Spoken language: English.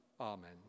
Amen